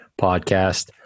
podcast